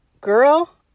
Girl